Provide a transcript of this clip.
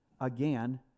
again